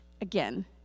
again